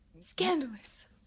scandalous